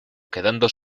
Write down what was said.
quedando